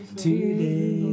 today